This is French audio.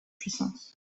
puissance